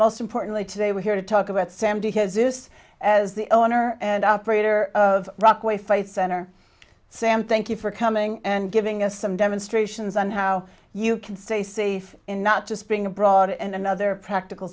most importantly today we're here to talk about sam because this as the owner and operator of rockaway faith center sam thank you for coming and giving us some demonstrations on how you can stay safe in not just being abroad and another practical